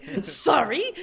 sorry